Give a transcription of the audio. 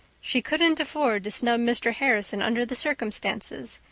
she couldn't afford to snub mr. harrison under the circumstances,